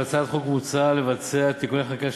בהצעת החוק מוצע לבצע תיקוני חקיקה